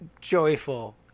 joyful